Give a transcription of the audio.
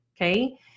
okay